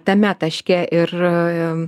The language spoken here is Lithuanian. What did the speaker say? tame taške ir